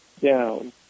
down